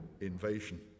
invasion